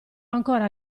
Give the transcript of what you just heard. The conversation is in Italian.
ancora